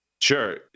Sure